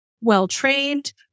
well-trained